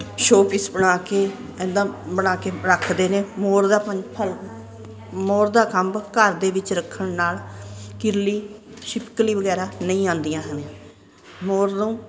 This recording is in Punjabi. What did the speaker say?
ਸ਼ੋਪੀਸ ਬਣਾ ਕੇ ਇਦਾਂ ਬਣਾ ਕੇ ਰੱਖਦੇ ਨੇ ਮੋਰ ਦਾ ਮੋਰ ਦਾ ਖੰਭ ਘਰ ਦੇ ਵਿੱਚ ਰੱਖਣ ਨਾਲ ਕਿਰਲੀ ਛਿਪਕਲੀ ਵਗੈਰਾ ਨਹੀਂ ਆਉਂਦੀਆਂ ਹਨ ਮੋਰ ਨੂੰ